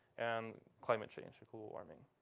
and climate change, global warming.